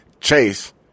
chase